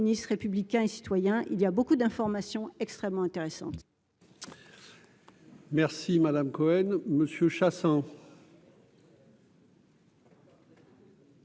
communiste républicain et citoyen, il y a beaucoup d'informations extrêmement intéressantes. Merci madame Cohen Monsieur Chassang.